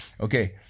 Okay